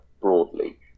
broadly